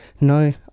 no